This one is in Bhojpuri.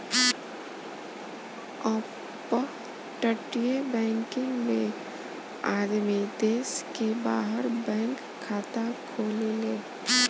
अपतटीय बैकिंग में आदमी देश के बाहर बैंक खाता खोलेले